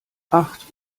acht